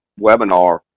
webinar